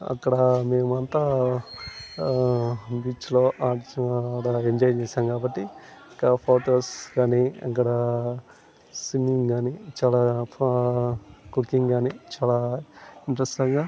అక్కడా మేమంతా ఆ బీచ్లో ఎంజాయ్ చేసాం కాబట్టి ఇంకా ఫోటోస్ కాని అక్కడ సింగింగ్ కానీ చాలా ఫ కుకింగ్ కానీ చాలా ఇంట్రస్టంగా